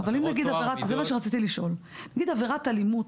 עבירות טוהר המידות --- נגיד שעבירת אלימות,